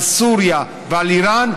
על סוריה ועל איראן,